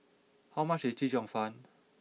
how much is Chee Cheong Fun